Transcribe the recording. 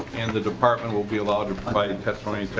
and the department will be allowed to provide testimony.